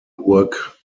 burg